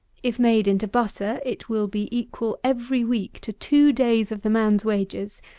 if made into butter, it will be equal every week to two days of the man's wages,